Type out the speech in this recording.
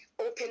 open